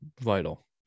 vital